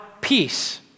peace